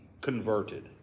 converted